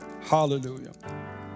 Hallelujah